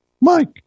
Mike